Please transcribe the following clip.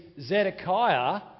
Zedekiah